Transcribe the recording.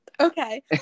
Okay